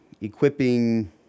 equipping